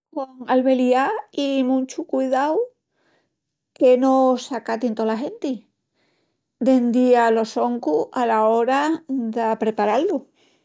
Con albeliá i muchu cudiau de que no s'acatin tola genti. Diendu a lo soncu ala ora d'aprepará-lu.